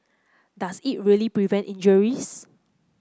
does it really prevent injuries